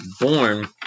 born